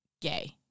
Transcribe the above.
gay